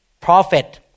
prophet